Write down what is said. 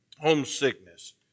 homesickness